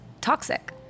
toxic